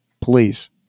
please